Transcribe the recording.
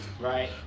Right